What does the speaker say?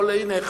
הנה,